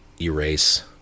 erase